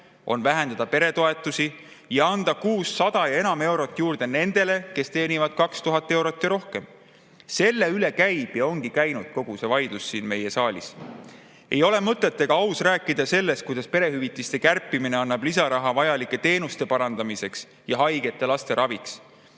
on vähendada peretoetusi ja anda kuus 100 ja enam eurot juurde nendele, kes teenivad 2000 eurot ja rohkem. Selle üle käib ja ongi käinud kogu see vaidlus siin meie saalis. Ei ole mõtet ega aus rääkida sellest, kuidas perehüvitiste kärpimine annab lisaraha vajalike teenuste parandamiseks ja haigete laste raviks.